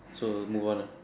so move on ah